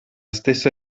stessa